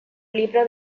libro